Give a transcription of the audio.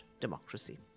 democracy